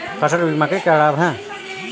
फसल बीमा के क्या लाभ हैं?